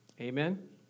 Amen